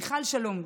מיכל שלום,